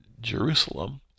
Jerusalem